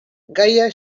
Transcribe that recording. gaia